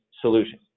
solution